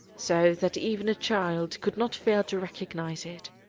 so that even a child could not fail to recognize it.